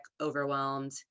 overwhelmed